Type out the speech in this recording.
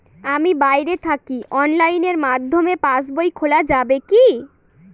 আমি বাইরে থাকি অনলাইনের মাধ্যমে পাস বই খোলা যাবে কি?